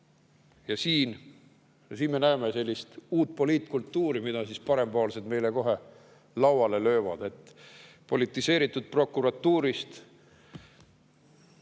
Ja siin me näeme sellist uut poliitkultuuri, mille parempoolsed meile kohe lauale löövad: politiseeritud prokuratuurist